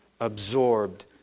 absorbed